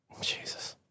Jesus